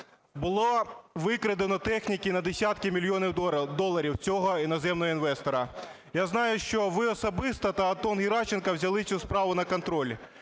Було викрадено техніки на десятки мільйонів доларів цього іноземного інвестора. Я знаю, що ви особисто та Антон Геращенко взяли цю справу на контроль.